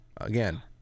again